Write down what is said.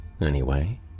anyway